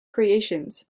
creations